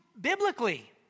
biblically